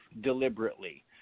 deliberately